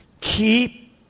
Keep